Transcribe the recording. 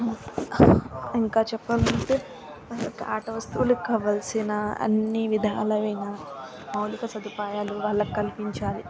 ఇంకా చెప్పాలి అంటే ఆట వస్తువులకు కావాల్సిన అన్ని విధాలైన మౌలిక సదుపాయాలు వాళ్ళకు కల్పించాలి